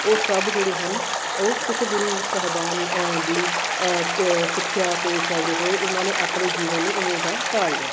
ਉਹ ਸਭ ਜਿਹੜੇ ਹਨ ਉਹ ਸਿੱਖ ਗੁਰੂ ਸਾਹਿਬਾਨ ਦੀ ਸਿੱਖਿਆ 'ਤੇ ਚਲਦੇ ਹੋਏ ਉਹਨਾਂ ਨੇ ਆਪਣੇ ਜੀਵਨ ਨੂੰ ਉਵੇਂ ਦਾ ਢਾਲ ਲਿਆ ਹੈ